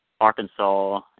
Arkansas